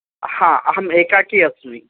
हा अहम् एकाकी अस्मि